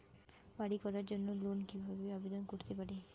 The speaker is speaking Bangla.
বাড়ি করার জন্য লোন কিভাবে আবেদন করতে পারি?